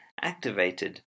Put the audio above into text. activated